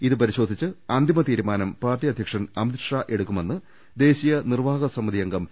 ഇത് പരിശോധിച്ച് അന്തിമ തീരുമാനം പാർട്ടി അധ്യക്ഷൻ അമിത്ഷാ എടുക്കുമെന്ന് ദേശീയ നിർവാഹക സമിതി അംഗം പി